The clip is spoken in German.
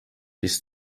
bis